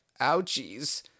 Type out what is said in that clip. ouchies